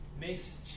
makes